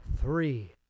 three